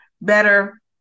better